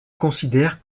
considèrent